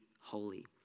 holy